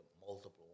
multiple